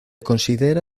considera